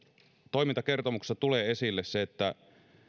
toimintakertomuksessa tulee esille se että